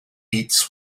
eats